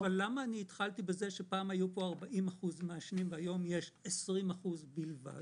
אבל למה התחלתי מזה שפעם היו פה 40% מעשנים והיום יש 20% בלבד?